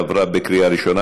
עברה בקריאה ראשונה.